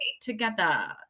together